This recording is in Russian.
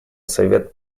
совет